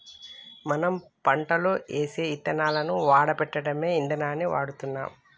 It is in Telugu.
మనం పంటలో ఏసే యిత్తనాలను వాడపెట్టడమే ఇదానాన్ని ఎడుతున్నాం